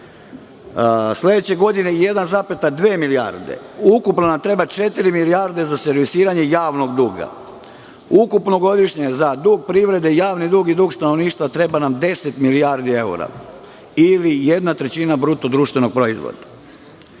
Sledeće godine 1,2 milijarde. Ukupno nam treba četiri milijarde za servisiranje javnog duga. Ukupno godišnje za dug privrede, javni dug i dug stanovništva treba nam deset milijardi eura ili jedna trećina BDP.Za poslednjih